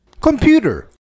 Computer